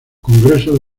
congreso